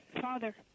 Father